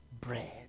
bread